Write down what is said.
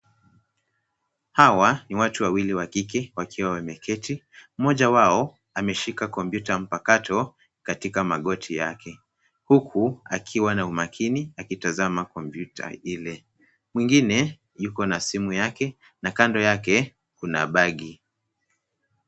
Hawa ni watu wawili wa kike wakiwa wameketi mmoja wao ameshika kompyuta mpakato katika magoti yake huku akiwa na umakini akitazama kompyuta ile. Mwingine yuko na simu yake na kando yake kuna bag .